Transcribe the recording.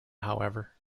however